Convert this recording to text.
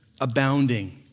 abounding